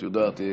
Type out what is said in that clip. את יודעת,